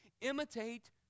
imitate